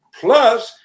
Plus